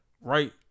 right